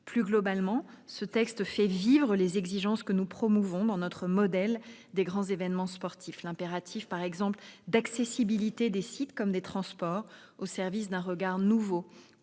Plus globalement, ce texte fait vivre les exigences que nous promouvons dans notre modèle des grands événements sportifs : l'impératif d'accessibilité des sites et des transports au service d'un regard nouveau